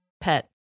pet